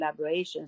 collaborations